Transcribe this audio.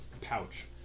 pouch